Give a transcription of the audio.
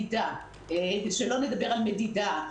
שלא נדבר על מדידה,